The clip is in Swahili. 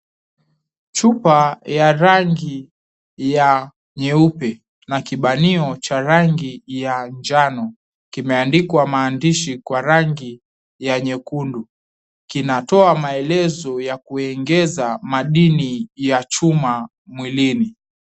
Chupa ya rangi ya nyeupe na kibanio cha rangi ya njano kimeandikwa maandishi kwa rangi ya nyekundu kinatoa maelezo ya kuengeza madini ya chuma mwilini.